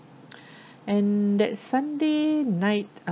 and that sunday night